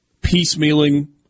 piecemealing